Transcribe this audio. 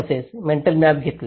तसेच mental map घेतले